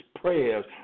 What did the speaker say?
prayers